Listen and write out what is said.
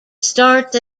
starts